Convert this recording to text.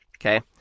Okay